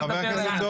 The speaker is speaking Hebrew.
חבר הכנסת סובה,